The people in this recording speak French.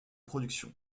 productions